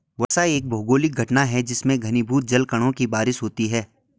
वर्षा एक भौगोलिक घटना है जिसमें घनीभूत जलकणों की बारिश होती है